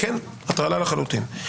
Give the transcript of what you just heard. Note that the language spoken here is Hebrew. הטרלה לחלוטין.